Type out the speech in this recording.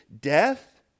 death